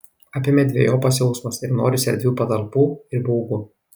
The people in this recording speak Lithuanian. apėmė dvejopas jausmas ir norisi erdvių patalpų ir baugu